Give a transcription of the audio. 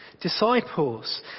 disciples